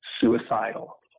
suicidal